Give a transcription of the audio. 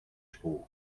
torque